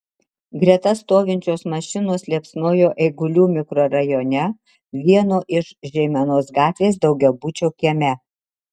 greta stovinčios mašinos liepsnojo eigulių mikrorajone vieno iš žeimenos gatvės daugiabučio kieme